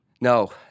No